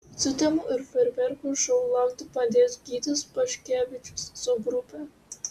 sutemų ir fejerverkų šou laukti padės gytis paškevičius su grupe